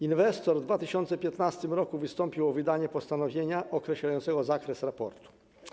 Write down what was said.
Inwestor w 2015 r. wystąpił o wydanie postanowienia określającego zakres raportu.